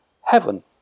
heaven